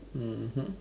mmhmm